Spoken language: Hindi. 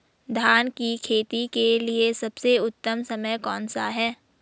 धान की खेती के लिए सबसे उत्तम समय कौनसा है?